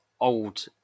old